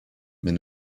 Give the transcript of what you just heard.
mais